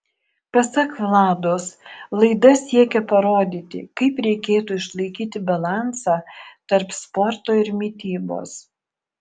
pasak vlados laida siekia parodyti kaip reikėtų išlaikyti balansą tarp sporto ir mitybos